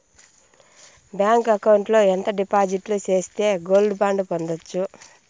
Bank account లో ఎంత డిపాజిట్లు సేస్తే గోల్డ్ బాండు పొందొచ్చు?